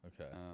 Okay